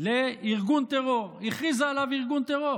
לארגוני טרור, הכריזה עליו ארגון טרור,